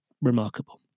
remarkable